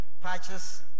patches